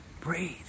breathe